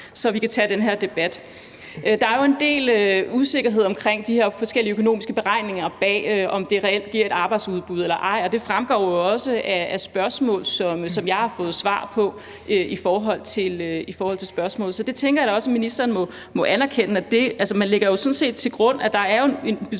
så vi kan tage den her debat. Der er en del usikkerhed omkring de her forskellige økonomiske beregninger af, om det reelt giver et øget arbejdsudbud eller ej, og det fremgår jo også af de spørgsmål, som jeg har fået svar på, i forhold til spørgsmålet. Så det tænker jeg da også at ministeren må anerkende. Altså, man lægger jo sådan set til grund, at der er en betydelig